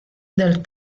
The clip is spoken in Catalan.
del